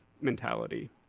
mentality